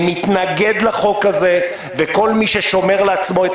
אני מתנגד לחוק הזה וכל מי ששומר לעצמו את